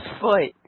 foot